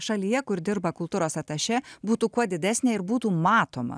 šalyje kur dirba kultūros atašė būtų kuo didesnė ir būtų matoma